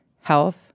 Health